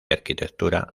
arquitectura